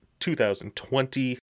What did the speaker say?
2020